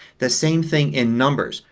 the same thing in numbers.